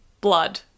blood